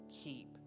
Keep